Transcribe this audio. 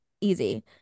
easy